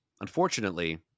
unfortunately